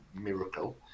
miracle